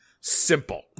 simple